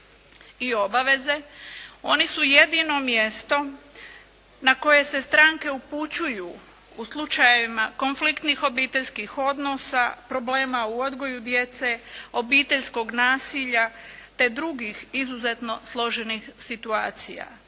i obaveze. Oni su jedino mjesto na koje se stranke upućuju u slučajevima konfliktnih obiteljskih odnosa, problema u odgoju djece, obiteljskog nasilja te drugih izuzetno složenih situacija.